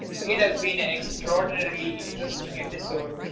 it has been an extraodinarily interest ing episode.